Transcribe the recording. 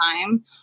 time